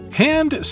hand